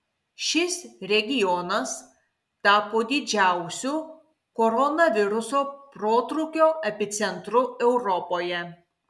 šis regionas tapo didžiausiu koronaviruso protrūkio epicentru europoje